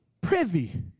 privy